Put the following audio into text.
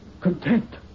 content